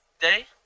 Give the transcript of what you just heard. day